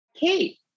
Kate